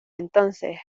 entonces